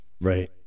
Right